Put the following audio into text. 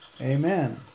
Amen